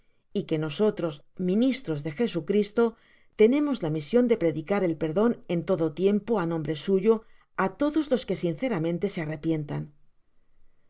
y que nosotros ministros de jesucristo tenemos la mision de predicar el perdon en todo tiempo en nombre suyo i todos los que sinceramente se arrepiont